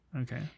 Okay